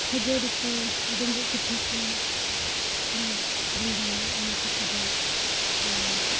ᱠᱷᱟᱹᱡᱟᱹᱲᱤ ᱠᱚ ᱰᱩᱢᱵᱩᱜ ᱯᱤᱴᱷᱟᱹ ᱠᱚ ᱞᱮ ᱵᱚᱸᱜᱟᱱᱟ ᱚᱱᱟ ᱠᱚᱛᱮ ᱦᱚᱸ ᱟᱨ